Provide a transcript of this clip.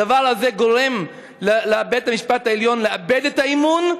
הדבר הזה גורם לבית-המשפט העליון לאבד את האמון,